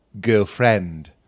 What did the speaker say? girlfriend